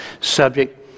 subject